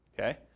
Okay